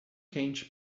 quente